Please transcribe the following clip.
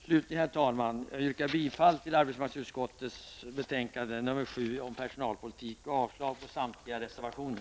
Slutligen yrkar jag bifall till hemställan i arbetsmarknadsutskottets betänkande 7 om personalpolitik och avslag på samtliga reservationer.